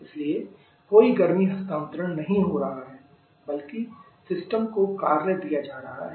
इसलिए कोई गर्मी हस्तांतरण नहीं हो रहा है बल्कि सिस्टम को काम दिया जा रहा है